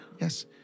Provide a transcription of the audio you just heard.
Yes